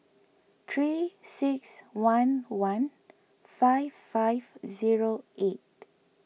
three six one one five five zero eight